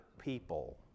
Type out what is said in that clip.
people